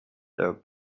their